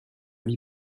vie